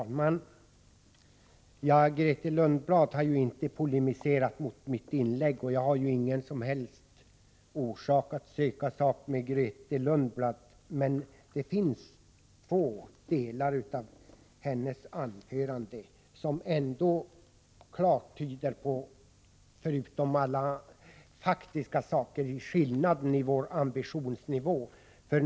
Herr talman! Grethe Lundblad har ju inte polemiserat mot mitt inlägg, och jag har därför ingen som helst orsak att söka sak med henne. Men det fanns förutom alla faktiska saker två delar i hennes anförande som ändå klart visar på skillnaden i vår ambitionsnivå.